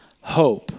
hope